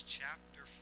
chapter